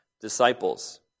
disciples